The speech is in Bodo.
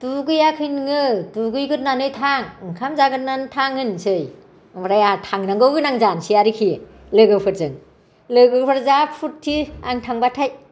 दुगैयाखै नोङो दुगैग्रोनानै थां ओंखाम जाग्रोनानै थां होननोसै आमफ्राय आंहा थांनांगौ गोनां जानोसै आरोखि लोगोफोरजों लोगोफ्रा जा फुरथि आं थांबाथाय